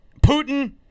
Putin